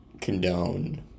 condone